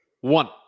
one